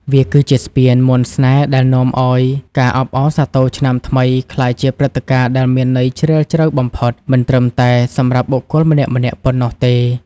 វាគឺជាស្ពានមន្តស្នេហ៍ដែលនាំឱ្យការអបអរសាទរឆ្នាំថ្មី ក្លាយជាព្រឹត្តិការណ៍ដែលមានន័យជ្រាលជ្រៅបំផុត មិនត្រឹមតែសម្រាប់បុគ្គលម្នាក់ៗប៉ុណ្ណោះទេ។